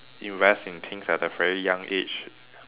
invest in things at a very young age